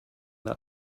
that